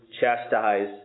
chastise